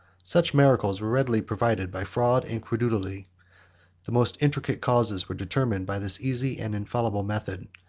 such miracles were really provided by fraud and credulity the most intricate causes were determined by this easy and infallible method,